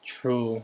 true